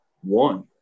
one